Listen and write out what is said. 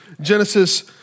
Genesis